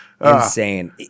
Insane